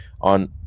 on